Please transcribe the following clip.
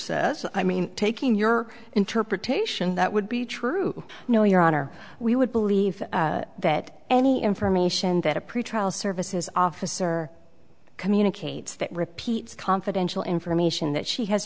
says i mean taking your interpretation that would be true no your honor we would believe that any information that a pretrial services officer communicates that repeats confidential information that she has